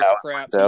crap